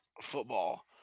football